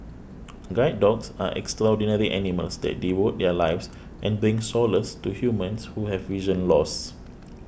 guide dogs are extraordinary animals that devote their lives and bring solace to humans who have vision loss